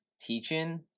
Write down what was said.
Teaching